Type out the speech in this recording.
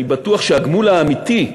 אני בטוח שהגמול האמיתי,